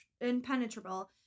impenetrable